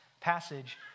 passage